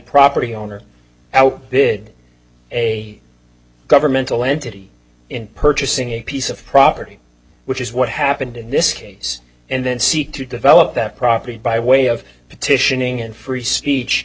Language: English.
property owner out bid a governmental entity in purchasing a piece of property which is what happened in this case and then seek to develop that property by way of petitioning and free speech